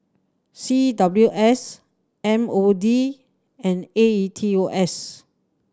C W S M O D and A E T O S